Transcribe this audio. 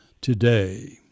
today